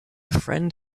friend